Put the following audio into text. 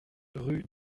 rue